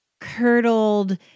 curdled